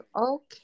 okay